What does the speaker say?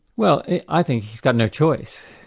well, i think he's got no choice.